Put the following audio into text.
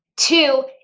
Two